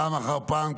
פעם אחר פעם,